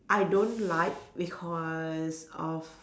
I don't like because of